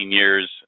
years